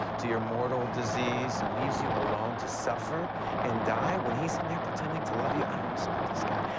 to your mortal disease, and leaves you alone to suffer and die, when he's in there pretending to love you? i don't respect this guy.